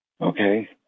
Okay